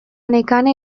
nekane